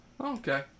Okay